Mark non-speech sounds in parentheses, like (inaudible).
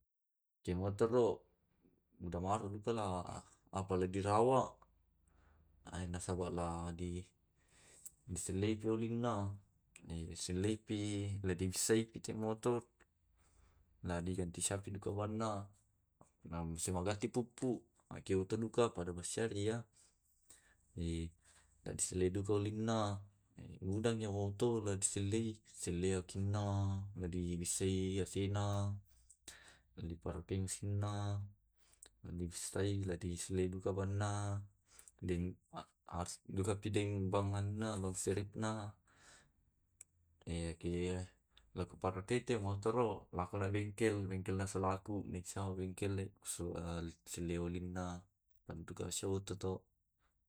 Ke motoro muda maro luka la apa lagi rawa nasaba la di (hesitation) disullei piolinna, disulleipi, la dibissaip tu motor, la di ganti syappi kapa bannya supaya magatti puppu aketentu duka pada basyaria (hesitation) na disullei duga olina ludani oto la di sellei di sellei akinna na di bissai asena. Na di propena na dibissai ladisele duka banna. (hesitation) Demuki harus duka deng bang nabang serepna. Nakiye lako parakaiki motoro lao ke bengekel bengkelna solaku desa laku (unintelligible) sellei olinna anduka si oto to. (hesitation)